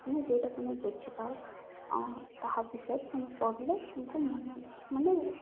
ମାନେ ଯୋଉଟା ତୁମେ ବୁଝିପାର ହଁ ତାହା ବିଷୟରେ ତୁମେ ପଢ଼ିଲେ ତୁମକୁ ମନ ମାନେ